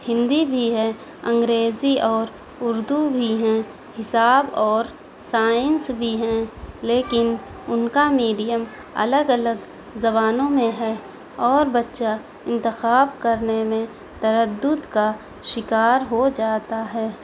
ہندی بھی ہے انگریزی اور اردو بھی ہیں حساب اور سائنس بھی ہیں لیکن ان کا میڈیم الگ الگ زبانوں میں ہے اور بچہ انتخاب کرنے میں تردد کا شکار ہو جاتا ہے